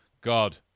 God